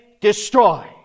destroy